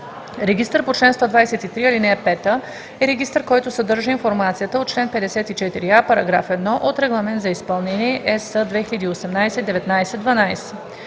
„Регистър по чл. 123, ал. 5“ е регистър, който съдържа информацията от чл. 54а, параграф 1 от Регламент за изпълнение (EС) 2018/1912.